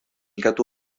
katu